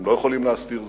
הם לא יכולים להסתיר זאת,